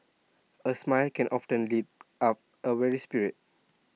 A smile can often lift up A weary spirit